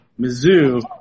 Mizzou